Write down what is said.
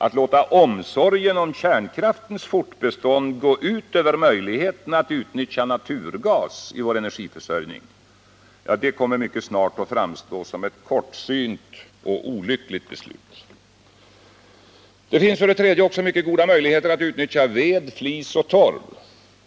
Att låta omsorgen om kärnkraftens fortbestånd gå ut över möjligheterna att utnyttja naturgas i vår energiförsörjning — det kommer mycket snart att framstå som ett kortsynt och olyckligt beslut. Det finns för det tredje också mycket goda möjligheter att utnyttja ved, flis och torv.